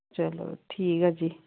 ਚਲੋ ਠੀਕ ਆ ਜੀ